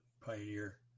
pioneer